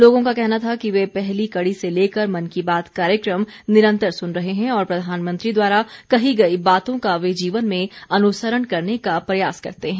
लोगों का कहना था कि वे पहली कड़ी से लेकर मन की बात कार्यक्रम निरंतर सुन रहे हैं और प्रधानमंत्री द्वारा कही गई बातों का वे जीवन में अनुसरण करने का प्रयास करते हैं